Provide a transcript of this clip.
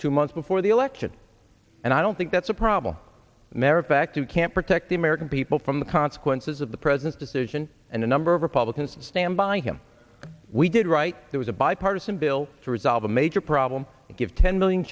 two months before the election and i don't think that's a problem mary fact you can't protect the american people from the consequences of the president's decision and a number of republicans stand by him we did right there was a bipartisan bill to resolve a major problem give ten million